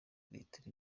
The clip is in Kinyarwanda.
litiro